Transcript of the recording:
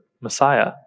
Messiah